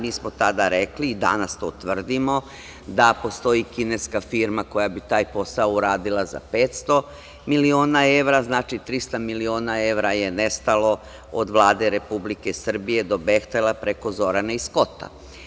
Mi smo tada rekli i danas to tvrdimo da postoji kineska firma koja bi taj posao uradila za 500 miliona evra, znači, 300 miliona evra je nestalo od Vlade Republike Srbije do "Behtela" preko Zorane i Skota.